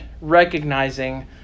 recognizing